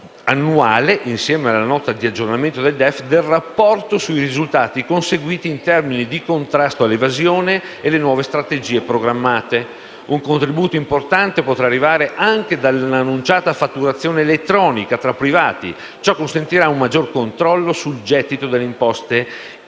annuale, insieme alla Nota di aggiornamento al DEF, del Rapporto sui risultati conseguiti in termini di contrasto all'evasione e le nuove strategie programmate. Un contributo importante potrà arrivare anche dall'annunciata fatturazione elettronica tra privati. Ciò consentirà un maggiore controllo sul gettito delle imposte